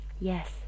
Yes